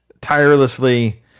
tirelessly